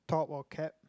top or cap